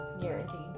Guaranteed